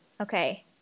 Okay